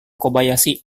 kobayashi